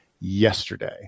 yesterday